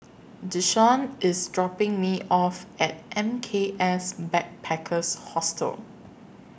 Deshaun IS dropping Me off At M K S Backpackers Hostel